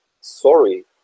sorry